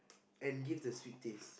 and give the sweet taste